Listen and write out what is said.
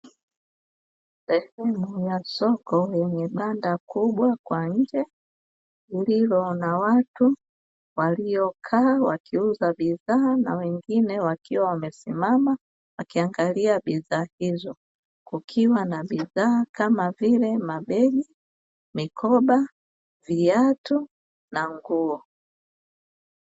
Sehemu ya soko yenye banda kubwa kwa nje lililo na watu waliokaa wakiuza bidhaa na wengine wakiwa wamesimama wakiangalia bidhaa hizo, kukiwa na bidhaa kama vile: mabegi, mikoba, viatu na nguo.